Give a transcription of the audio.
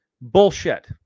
Bullshit